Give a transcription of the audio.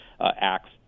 acts